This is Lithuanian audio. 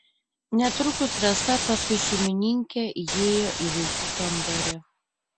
netrukus rasa paskui šeimininkę įėjo į vaikų kambarį